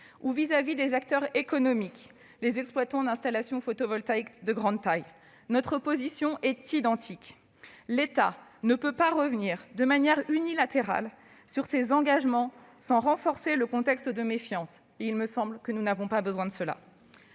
-ou d'acteurs économiques- les exploitants d'installations photovoltaïques de grande taille -, notre position est identique : l'État ne peut pas revenir de manière unilatérale sur ses engagements sans renforcer le contexte de méfiance. Il me semble que nous n'avons pas besoin de cela